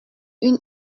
une